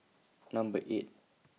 Number eight